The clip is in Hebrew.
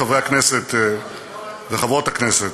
חברי הכנסת וחברות הכנסת,